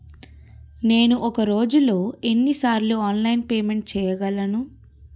నేను ఒక రోజులో ఎన్ని సార్లు ఆన్లైన్ పేమెంట్ చేయగలను?